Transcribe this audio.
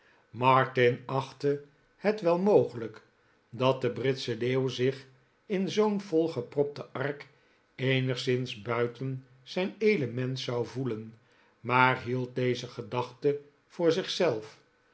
martin achtte het wel mogelijk dat de britsche leeuw zich in zoo'n volgepropte ark eenigszins buiten zijn element zou voelen maar hield deze gedachte voor